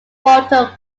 walter